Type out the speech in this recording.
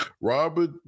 Robert